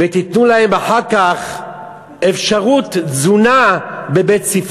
ותיתנו להם אחר כך אפשרות תזונה בבית-ספרם.